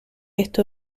esto